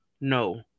No